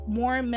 more